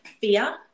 fear